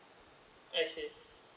I see